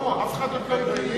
לא, אף אחד עוד לא הגיש.